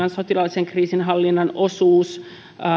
ja sotilaallisen kriisinhallinnan osuus